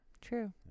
True